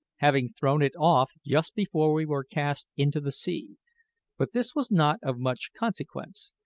having thrown it off just before we were cast into the sea but this was not of much consequence,